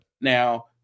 Now